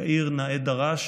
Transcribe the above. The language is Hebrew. יאיר נאה דרש